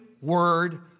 word